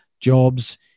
jobs